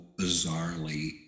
bizarrely